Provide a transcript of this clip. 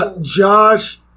Josh